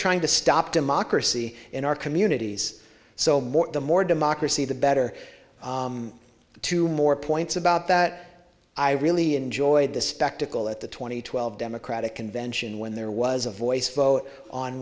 trying to stop democracy in our communities so more the more democracy the better to more points about that i really enjoyed the spectacle at the two thousand and twelve democratic convention when there was a voice vote on